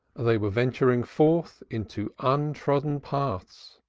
they were venturing forth into untrodden paths,